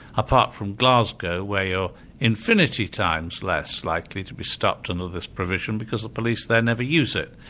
apart from glasgow where you're infinity times less likely to be stopped under this provision because the police there never use it.